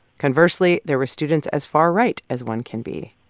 conversely, there were students as far right as one can be,